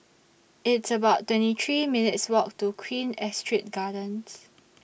It's about twenty three minutes' Walk to Queen Astrid Gardens